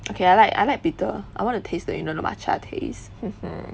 okay I like I like bitter I want to taste that you know the matcha taste